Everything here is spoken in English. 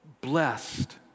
Blessed